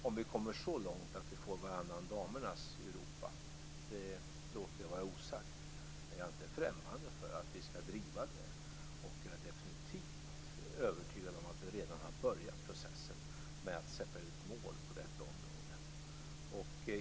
Om vi kommer så långt att vi får "varannan damernas" i Europa låter jag vara osagt, men jag är inte främmande för att vi skall driva det.